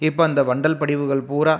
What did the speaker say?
இப்போ அந்த வண்டல் படிவுகள் பூரா